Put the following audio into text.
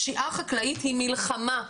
פשיעה חקלאית היא מלחמה חקלאית,